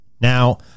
Now